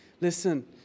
listen